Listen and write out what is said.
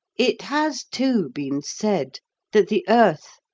it has, too, been said that the earth,